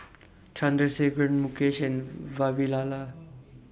Chandrasekaran Mukesh and Vavilala